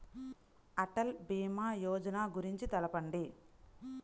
అటల్ భీమా యోజన గురించి తెలుపండి?